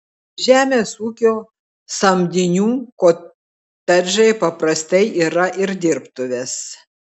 žemės ūkio samdinių kotedžai paprastai yra ir dirbtuvės